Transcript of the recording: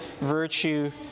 virtue